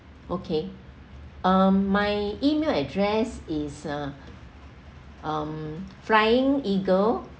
okay um my email address is uh um flying eagle